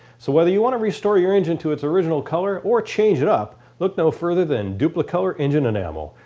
so whether you want to restore your engine to its original color or change it up, look no further than duplicolor engine enamel.